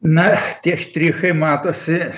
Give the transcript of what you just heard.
na tie štrichai matosi